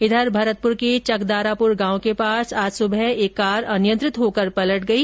वही भरतपुर के चकदारापुर गांव के पास आज सुबह एक कार अनियंत्रित होकर पलट गई